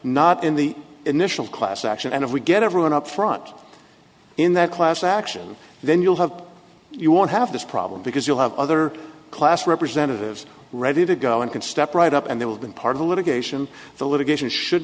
not in the initial class action and if we get everyone up front in that class action then you'll have you won't have this problem because you'll have other class representatives ready to go and can step right up and they will been part of the litigation the litigation should